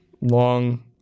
long